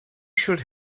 should